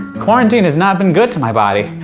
quarantine has not been good to my body.